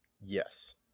Yes